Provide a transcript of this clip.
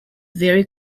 very